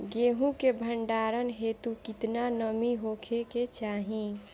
गेहूं के भंडारन हेतू कितना नमी होखे के चाहि?